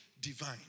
divine